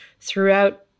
throughout